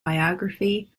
biography